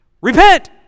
Repent